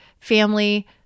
family